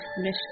mission